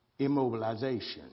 immobilization